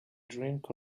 drink